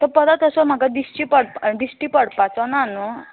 तो परत असो म्हाका दिश्टी पडपा दिश्टी पडपाचो ना न्हू